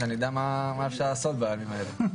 שאני אדע מה אפשר לעשות בימים האלה?